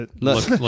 look